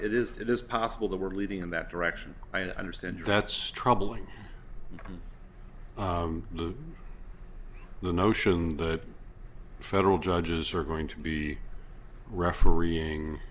it is it is possible that we're leading in that direction i understand that's troubling to the notion that federal judges are going to be referee